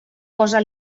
posa